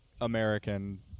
American